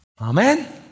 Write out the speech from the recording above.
Amen